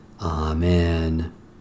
Amen